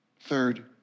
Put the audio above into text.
Third